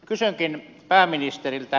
kysynkin pääministeriltä